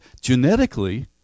Genetically